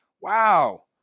Wow